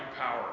power